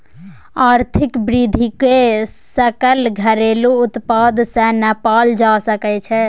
आर्थिक वृद्धिकेँ सकल घरेलू उत्पाद सँ नापल जा सकैत छै